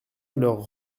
leurs